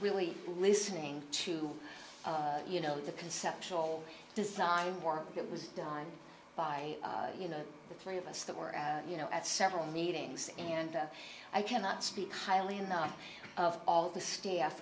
really listening to you know the conceptual design work that was done by you know the three of us that were you know at several meetings and i cannot speak highly enough of all the staff